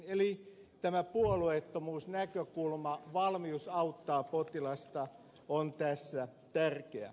eli tämä puolueettomuusnäkökulma valmius auttaa potilasta on tässä tärkeä